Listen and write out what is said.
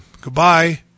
goodbye